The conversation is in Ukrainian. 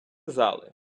зали